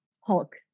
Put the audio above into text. Hulk